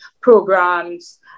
programs